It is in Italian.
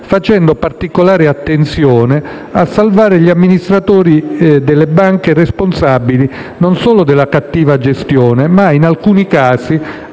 facendo particolare attenzione a salvare gli amministratori delle banche responsabili non solo della cattiva gestione, ma in alcuni casi